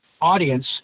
audience